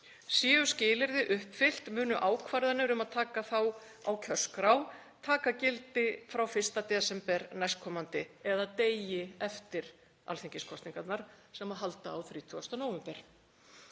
Séu skilyrði uppfyllt munu ákvarðanir um að taka þá á kjörskrá taka gildi frá 1. desember nk., eða degi eftir alþingiskosningarnar sem halda á 30. nóvember.